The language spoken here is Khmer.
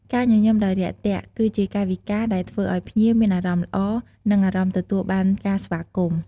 ការញញឹមដោយរាក់ទាក់ គឺជាកាយវិការដែលធ្វើឲ្យភ្ញៀវមានអារម្មណ៍ល្អ និងអារម្មណ៍ទទួលបានការស្វាគមន៍។